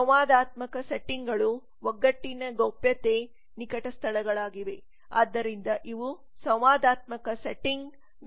ಸಂವಾದಾತ್ಮಕ ಸೆಟ್ಟಿಂಗ್ಗಳು ಒಗ್ಗಟ್ಟಿನ ಗೌಪ್ಯತೆ ನಿಕಟ ಸ್ಥಳಗಳಾಗಿವೆ ಆದ್ದರಿಂದ ಇವು ಸಂವಾದಾತ್ಮಕ ಸೆಟ್ಟಿಂಗ್ಗಳು ಮತ್ತು ಸೇವೆಗಳ ಪ್ರಕಾರಗಳಾಗಿವೆ